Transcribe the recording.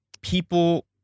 people